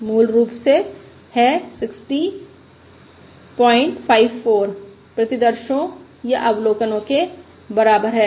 मूल रूप से है 60 054 प्रतिदर्शो या अवलोकनों के बराबर है